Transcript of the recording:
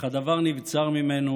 אך הדבר נבצר ממנו